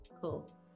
Cool